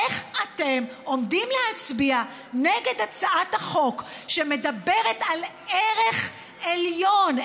איך אתם עומדים להצביע נגד הצעת החוק שמדברת על ערך עליון,